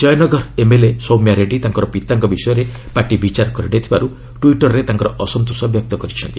Jaynagar MLA Soumya Reddy ତାଙ୍କ ପିତାଙ୍କ ବିଷୟରେ ପାର୍ଟି ବିଚାର କରିନଥିବାରୁ ଟ୍ଟଇଟରରେ ତାଙ୍କ ଅସନ୍ତୋଷ ବ୍ୟକ୍ତ କରିଛନ୍ତି